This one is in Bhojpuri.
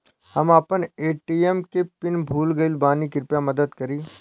हम आपन ए.टी.एम के पीन भूल गइल बानी कृपया मदद करी